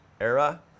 era